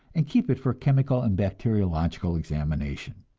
and keep it for chemical and bacteriological examination.